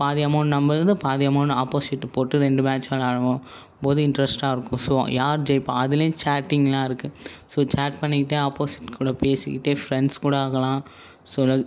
பாதி அமௌன்ட் நம்மளது பாதி அமௌன்ட் ஆப்போசிட் போட்டு ரெண்டு மேட்ச் விளையாடுவோம் போது இன்ட்ரெஸ்ட்டாக இருக்கும் ஸோ யார் ஜெயிப்பார் அதிலயும் சேட்டிங்லாம் இருக்கு ஸோ சேட் பண்ணிக்கிட்டே ஆப்போசிட் கூட பேசிக்கிட்டே ஃபிரெண்ட்ஸ் கூட ஆகலாம் ஸோ